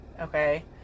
okay